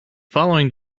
following